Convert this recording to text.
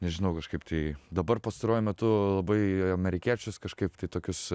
nežinau kažkaip tai dabar pastaruoju metu labai amerikiečius kažkaip tai tokius